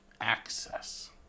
access